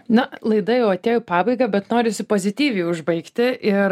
na laida jau atėjo į pabaigą bet norisi pozityviai užbaigti ir